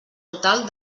total